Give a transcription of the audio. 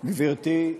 גברתי,